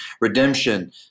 redemption